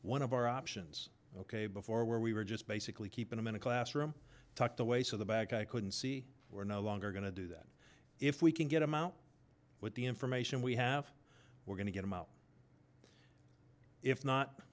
one of our options ok before where we were just basically keeping him in a classroom tucked away so the back i couldn't see were no longer going to do that if we can get him out with the information we have we're going to get him out if not